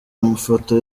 amafoto